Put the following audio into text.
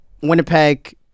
winnipeg